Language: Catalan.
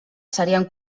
serien